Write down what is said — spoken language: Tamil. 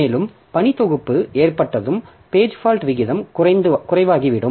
மேலும் பணி தொகுப்பு ஏற்றப்பட்டதும் பேஜ் ஃபால்ட் விகிதம் குறைவாகிவிடும்